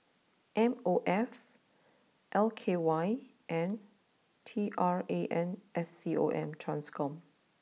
M O F L K Y and T R A N S C O M Trans con